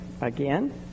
Again